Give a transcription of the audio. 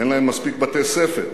אין להם מספיק בתי-ספר,